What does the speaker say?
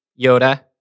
Yoda